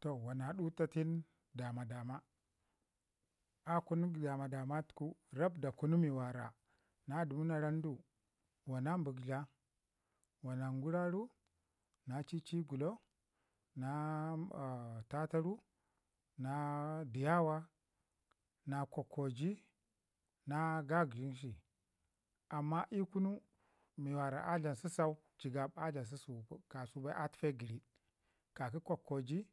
Toh wana dutatin dama- dama a kuna dama- dama tuku raɓ mi wara, na dumu na ramdu wana bəktla wana guraru na cicigulo na tataru na ɗiyawa na kokkoji na gagəshinshi. Amma ii kunu mi wara a dlam səsau jəgab a dlam sɗsu bai a tufe gəriɗ ka ki kokkoji